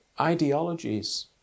ideologies